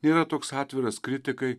yra toks atviras kritikai